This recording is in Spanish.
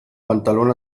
pantalón